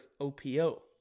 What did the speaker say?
OPO